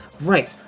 Right